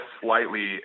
slightly